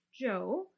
joe